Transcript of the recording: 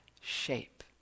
shape